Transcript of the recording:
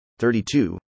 32